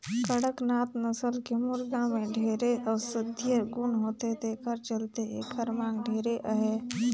कड़कनाथ नसल के मुरगा में ढेरे औसधीय गुन होथे तेखर चलते एखर मांग ढेरे अहे